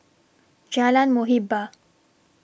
Jalan Muhibbah